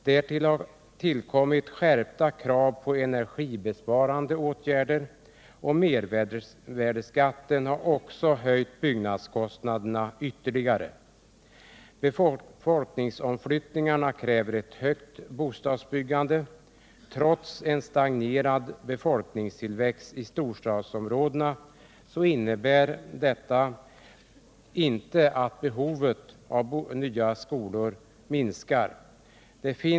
Därtill kommer en skärpning av kraven på energibesparande åtgärder. Vidare har mervärdeskatten höjt byggnadskostnaderna. Befolkningsomflyttningarna kräver ett omfattande byggande. Den stagnerande befolkningstillväxten i storstadsområdena innebär inte att behovet av nya skolor minskar.